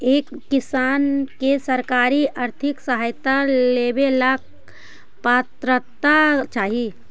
एक किसान के सरकारी आर्थिक सहायता लेवेला का पात्रता चाही?